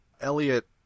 Elliot